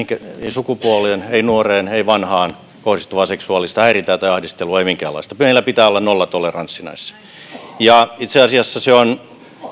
sukupuoleen ei nuoreen ei vanhaan kohdistuvaa seksuaalista häirintää tai ahdistelua ei minkäänlaista meillä pitää olla nollatoleranssi näissä itse asiassa se on